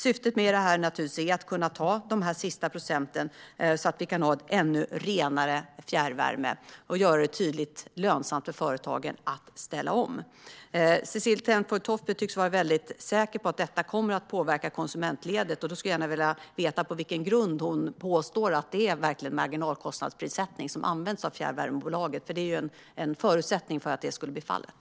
Syftet är naturligtvis att kunna ta de sista procenten, så att vi kan ha ännu renare fjärrvärme och göra det tydligt lönsamt för företagen att ställa om. Cecilie Tenfjord-Toftby tycks vara säker på att detta kommer att påverka konsumentledet. Jag vill gärna veta på vilken grund hon påstår att fjärrvärmebolagen verkligen använder marginalkostnadsprissättning. Det är ju en förutsättning för att så skulle bli fallet.